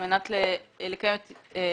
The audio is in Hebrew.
על מנת לקיים את החלטת הממשלה,